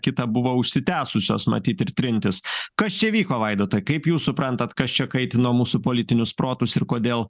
kita buvo užsitęsusios matyt ir trintys kas čia vyko vaidotai kaip jūs suprantat kas čia kaitino mūsų politinius protus ir kodėl